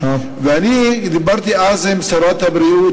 אני דיברתי אז עם שרת הבריאות,